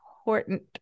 important